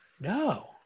No